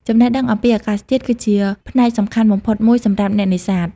ចំណេះដឹងអំពីអាកាសធាតុគឺជាផ្នែកសំខាន់បំផុតមួយសម្រាប់អ្នកនេសាទ។